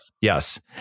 Yes